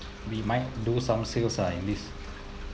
we might lose some sales ah in this